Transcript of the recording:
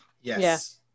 Yes